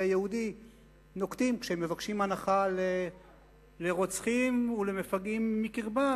היהודי כשהם מבקשים הנחה לרוצחים ולמפגעים מקרבם,